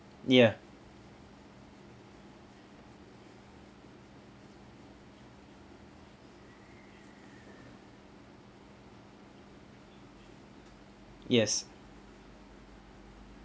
ya yes